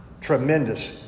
Tremendous